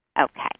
Okay